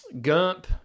Gump